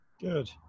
Good